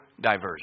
diversion